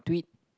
tweet